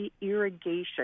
Irrigation